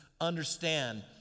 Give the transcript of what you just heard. understand